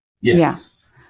yes